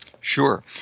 Sure